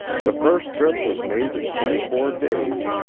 the first trip was made in twenty-four days,